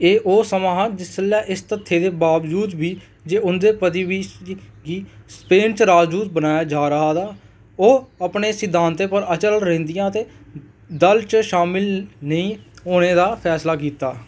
एह् ओह् समां हा जिसलै इस तत्थें दे बावजूद बी जे उं'दे पति बी गी स्पेन च राजदूत बनाया जारदा ओह् अपने सिद्धांतें पर अचल रौंह्दियां ते दल च शामल नेईं होने दा फैसला कीता